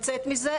לצאת מזה,